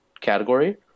category